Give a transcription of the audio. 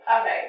Okay